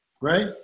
Right